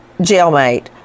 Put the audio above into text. jailmate